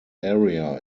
area